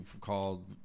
called